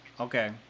Okay